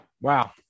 Wow